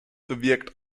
bewirkt